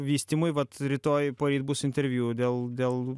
vystymui vat rytoj poryt bus interviu dėl dėl